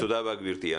תודה רבה, גברתי.